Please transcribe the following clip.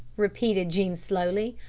repeated jean slowly.